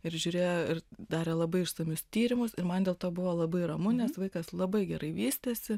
ir žiūrėjo ir darė labai išsamius tyrimus ir man dėl to buvo labai ramu nes vaikas labai gerai vystėsi